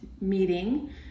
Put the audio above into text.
meeting